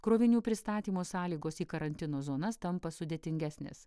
krovinių pristatymo sąlygos į karantino zonas tampa sudėtingesnės